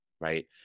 right